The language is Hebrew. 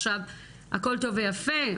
עכשיו הכול טוב ויפה,